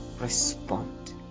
respond